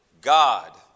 God